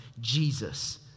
Jesus